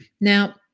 Now